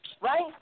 Right